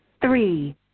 Three